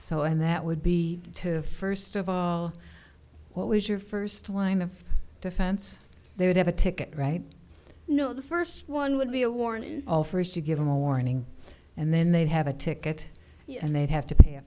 so and that would be to first of all what was your first line of defense they would have a ticket right no the first one would be a warning all first to give them a warning and then they'd have a ticket and they'd have to pay a